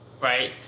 right